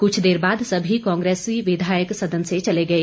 क्छ देर बाद समी कांग्रेसी विधायक सदन से चले गए